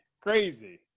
Crazy